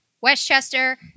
Westchester